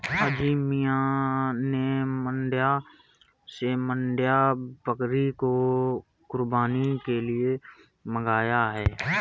अजीम मियां ने मांड्या से मांड्या बकरी को कुर्बानी के लिए मंगाया है